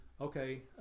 okay